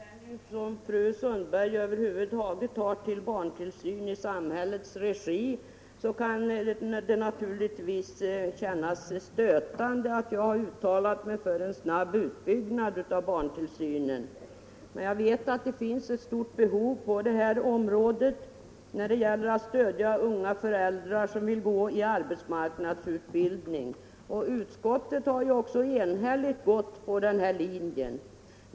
Herr talman! Jag förstår att med den inställning som fru Sundberg över huvud taget har till barntillsyn i samhällets regi kan det kännas stötande att jag har uttalat mig för en snabb utbyggnad av barntillsynen. Men jag vet att det finns ett stort behov på detta område när det gäller att stödja unga föräldrar som vill gå i arbetsmarknadsutbildning. Utskottet har ju också enhälligt anslutit sig till denna linje.